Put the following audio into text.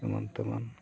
ᱮᱢᱟᱱ ᱛᱮᱢᱟᱱ